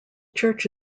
church